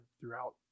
throughout